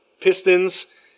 Pistons